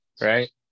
Right